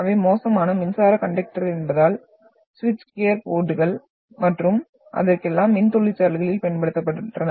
அவை மோசமான மின்சார கண்டக்டர் என்பதால் சுவிட்ச் கியர் போர்டுகள் மற்றும் அதற்கெல்லாம் மின் தொழிற்சாலைகளில் பயன்படுத்தப்பட்டன